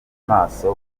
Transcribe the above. amaso